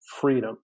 freedom